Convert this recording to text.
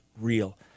real